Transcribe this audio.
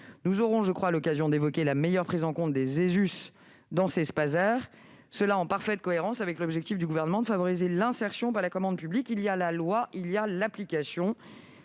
Nous aurons sans doute l'occasion d'évoquer la meilleure prise en compte des ESUS dans les Spaser, et ce en parfaite cohérence avec l'objectif du Gouvernement de favoriser l'insertion par la commande publique. Il y a la loi et il y a son application.